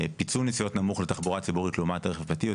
פיצול נסיעות נמוך לתחבורה ציבורית לעומת רכב פרטי,